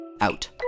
out